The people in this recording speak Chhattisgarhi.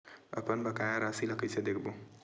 अपन बकाया राशि ला कइसे देखबो?